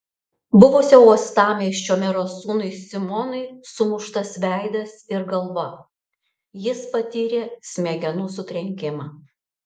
buvusio uostamiesčio mero sūnui simonui sumuštas veidas ir galva jis patyrė smegenų sutrenkimą